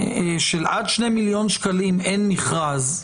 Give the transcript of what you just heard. של עד שני מיליון שקלים אין מכרז,